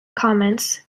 comments